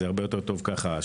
והשיתוף פעולה הרבה יותר טוב כך.